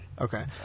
Okay